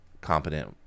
competent